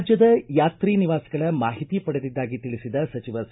ರಾಜ್ಯದ ಯಾತ್ರಿ ನಿವಾಸ್ಗಳ ಮಾಹಿತಿ ಪಡೆದಿದ್ದಾಗಿ ತಿಳಿಸಿದ ಸಚಿವ ಸಿ